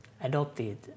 adopted